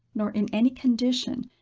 nor in any condition,